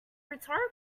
rhetorical